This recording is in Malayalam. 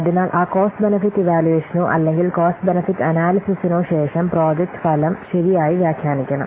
അതിനാൽ ആ കോസ്റ്റ് ബെനിഫിറ്റ് ഇവാലുവേഷനോ അല്ലെങ്കിൽ കോസ്റ്റ് ബെനിഫിറ്റ് അനല്യ്സിസിനോ ശേഷം പ്രോജക്റ്റ് ഫലം ശരിയായി വ്യാഖ്യാനിക്കണം